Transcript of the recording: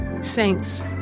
Saints